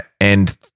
And-